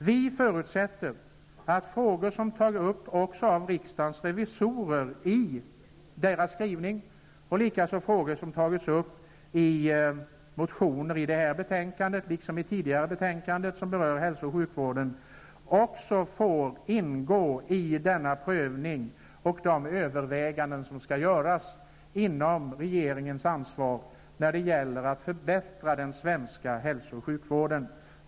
Vi förutsätter att de frågor som har tagits upp av riksdagens revisorer i deras skrivelse liksom de frågor som har tagits upp i motioner i detta betänkande och i tidigare betänkanden som berör hälso och sjukvården får ingå i den prövning och de överväganden som skall göras inom regeringens ansvar när det gäller att förbättra den svenska hälso och sjukvården.